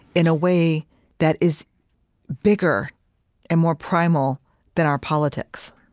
in a way that is bigger and more primal than our politics?